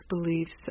beliefs